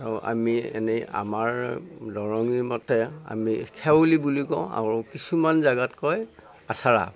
আৰু আমি এনেই আমাৰ দৰঙীৰ মতে আমি খেওলি বুলি কওঁ আৰু কিছুমান জেগাত কয় আছাৰা